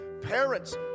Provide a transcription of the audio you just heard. parents